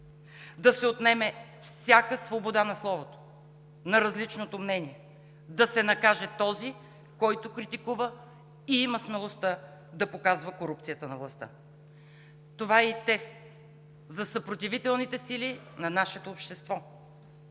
да се отнеме всяка свобода на словото, на различното мнение, да се накаже този, който критикува и има смелостта на показва корупцията на властта. Това е и тест за съпротивителните сили на нашето общество.